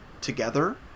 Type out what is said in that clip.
together